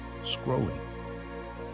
scrolling